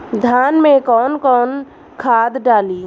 धान में कौन कौनखाद डाली?